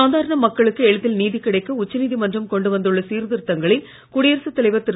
சாதாரண மக்களுக்கு எளிதில் நீதி கிடைக்க உச்சநீதிமன்றம் கொண்டு வந்துள்ள சீர்திருத்தங்களை குடியரசுத் தலைவர் திரு